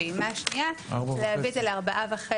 בפעימה השנייה להביא את זה ל-4.5